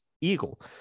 Eagle